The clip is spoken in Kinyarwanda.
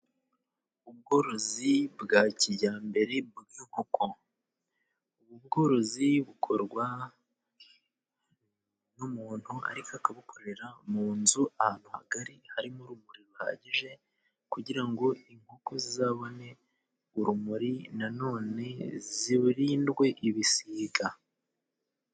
Ubworozi bwa kijyambere mu by'inkoko, n' ubworozi bukorwa n'umuntu ariko akabukorera mu nzu. Ahantu hagari harimo urumuri ruhagije kugira ngo inkoko zobone urumuri nonene zirindwe ibisiga.